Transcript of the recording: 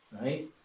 right